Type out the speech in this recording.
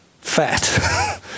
fat